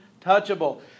untouchable